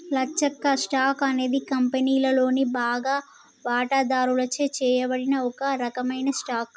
లచ్చక్క, stock అనేది కంపెనీలోని బాగా వాటాదారుచే చేయబడిన ఒక రకమైన స్టాక్